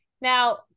Now